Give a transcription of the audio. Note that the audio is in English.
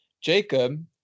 Jacob